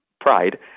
pride